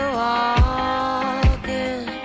walking